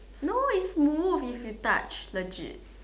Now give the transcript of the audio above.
no is move if you touch legit